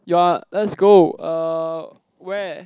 you're let's go uh where